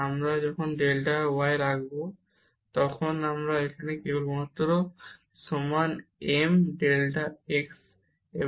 আমরা যখন delta y রাখব তখন আমরা এখানে কেবলমাত্র m ডেল্টা x পাবো